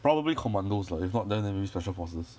probably commandos lah if not then maybe special forces